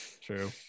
true